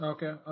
Okay